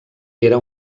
era